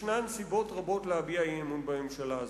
ישנן סיבות רבות להביע אי-אמון בממשלה הזאת: